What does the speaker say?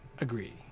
agree